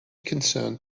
concerned